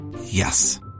Yes